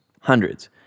hundreds